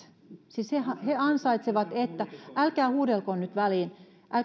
siis he ansaitsevat että älkää huudelko nyt väliin